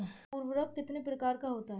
उर्वरक कितने प्रकार का होता है?